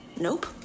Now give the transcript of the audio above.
Nope